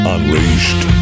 Unleashed